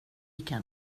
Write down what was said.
kan